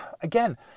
Again